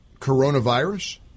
coronavirus